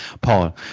Paul